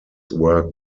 were